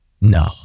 No